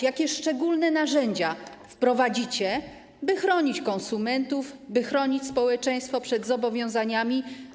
Jakie szczególne narzędzia wprowadzicie, by chronić konsumentów, by chronić społeczeństwo przed zobowiązaniami?